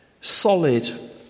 solid